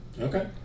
Okay